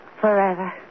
Forever